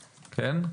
כן?